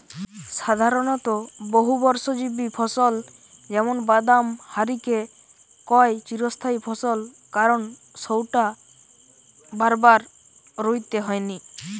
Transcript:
সাধারণত বহুবর্ষজীবী ফসল যেমন বাদাম হারিকে কয় চিরস্থায়ী ফসল কারণ সউটা বারবার রুইতে হয়নি